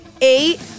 eight